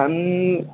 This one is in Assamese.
আমি